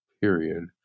period